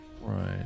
Right